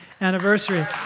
anniversary